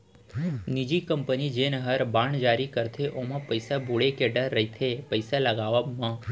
निजी कंपनी जेन हर बांड जारी करथे ओमा पइसा बुड़े के डर रइथे पइसा लगावब म